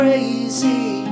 Crazy